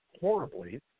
horribly